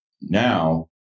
now